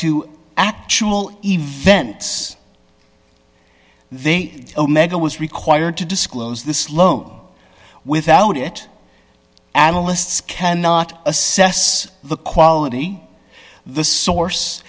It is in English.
to actual events they omega was required to disclose this low without it analysts cannot assess the quality of the source